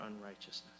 unrighteousness